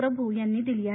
प्रभू यांनी दिली आहे